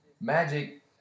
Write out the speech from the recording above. Magic